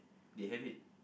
they have it